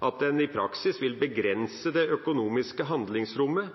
at en i praksis vil begrense det økonomiske handlingsrommet